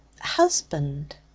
Husband